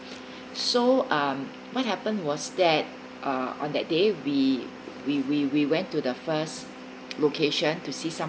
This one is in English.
so um what happened was that uh on that day we we we we went to the first location to see some